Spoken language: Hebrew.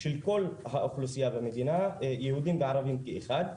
של כל האוכלוסייה במדינה יהודים וערבים כאחד.